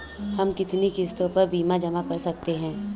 हम कितनी किश्तों में बीमा जमा कर सकते हैं?